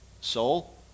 soul